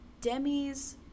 Demi's